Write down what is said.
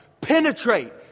Penetrate